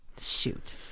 Shoot